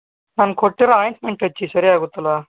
ನಾನು ಕೊಟ್ಟಿರೋ ಆಯಿಂಟ್ಮೆಂಟ್ ಹಚ್ಚಿ ಸರಿ ಆಗುತ್ತಲ್ಲ